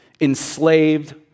enslaved